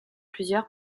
plusieurs